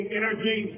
energy